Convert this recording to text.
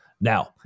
Now